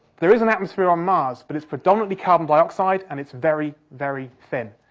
there is an atmosphere on mars, but it's predominantly carbon dioxide and it's very, very thin.